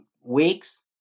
weeks